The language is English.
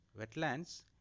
Wetlands